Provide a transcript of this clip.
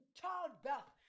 childbirth